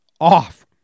off